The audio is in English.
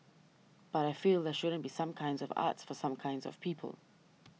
but I feel there shouldn't be some kinds of arts for some kinds of people